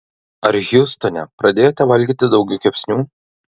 ar hjustone pradėjote valgyti daugiau kepsnių